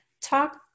talk